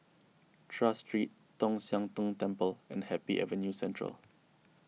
Tras Street Tong Sian Tng Temple and Happy Avenue Central